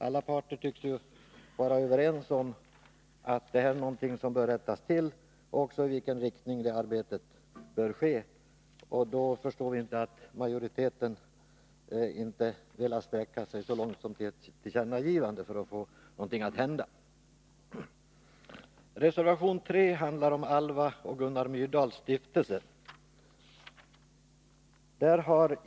Alla parter tycks vara överens om att detta är någonting som bör rättas till och även om i vilken riktning det arbetet bör ske. Därför förstår vi inte att majoriteten inte har velat sträcka sig så långt som till ett tillkännagivande för att få något att hända. Reservation 3 handlar om Alva och Gunnar Myrdals stiftelse.